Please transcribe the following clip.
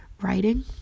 writing